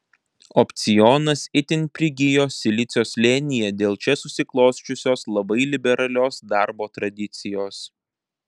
opcionas itin prigijo silicio slėnyje dėl čia susiklosčiusios labai liberalios darbo tradicijos